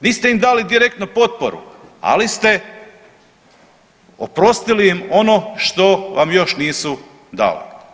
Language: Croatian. Vi ste im dali direktno potporu, ali ste oprostili im ono što vam još nisu dali.